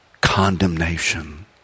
condemnation